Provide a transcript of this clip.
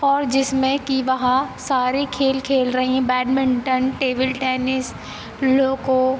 और जिसमें कि वहा सारे खेल खेल रहीं बैडमिंटन टेबिल टैनिस लोको